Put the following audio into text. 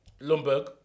Lundberg